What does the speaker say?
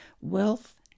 wealth